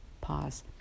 Pause